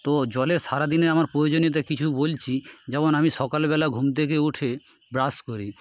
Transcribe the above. তো জলের সারাদিনে আমার প্রয়োজনীয়তা কিছু বলছি যেমন আমি সকালবেলা ঘুম থেকে উঠে ব্রাশ করি